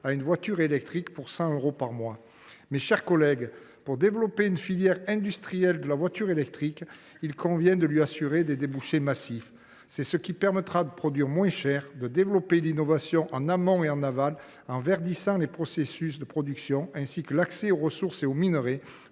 à une voiture électrique pour 100 euros par mois. Toutefois, mes chers collègues, pour développer une filière industrielle de la voiture électrique, il convient de lui assurer des débouchés massifs. C’est ce qui permettra de produire moins cher, de développer l’innovation en amont et en aval, de verdir les processus de production, ainsi que l’accès aux ressources et aux minerais,